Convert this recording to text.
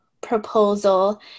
proposal